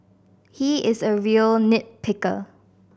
he is a real nit picker